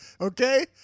okay